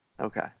Okay